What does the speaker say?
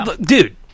dude